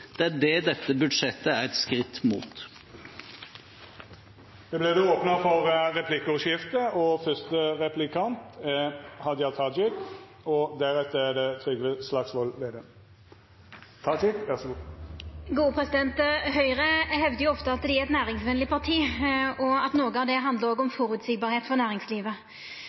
Det er det dette budsjettet er et skritt mot. Det vert replikkordskifte. Høgre hevdar ofte at dei er eit næringsvenleg parti, og at noko av det også handlar om å vera føreseieleg for næringslivet.